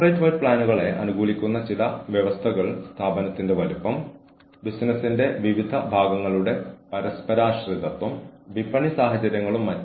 തങ്ങളോട് നീതിയോടെയാണ് പെരുമാറുന്നതെന്ന് അവർക്ക് തോന്നുന്നുവെങ്കിൽ സംഘടനയ്ക്ക് ഹാനികരമായേക്കാവുന്ന പെരുമാറ്റങ്ങളിൽ ഏർപ്പെടാനുള്ള സാധ്യത കുറവാണ്